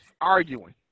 arguing